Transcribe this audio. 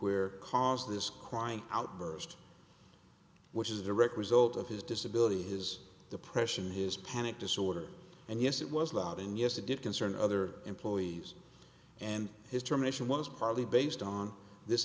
where cause this crying outburst which is the wreck result of his disability his depression his panic disorder and yes it was loud and yes it did concern other employees and his termination was partly based on this